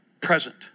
present